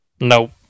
nope